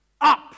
up